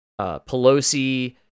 Pelosi